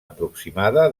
aproximada